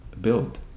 build